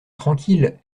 tranquille